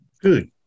Good